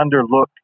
underlooked